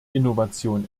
innovation